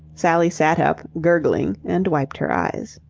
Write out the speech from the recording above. sally sat up, gurgling, and wiped her eyes.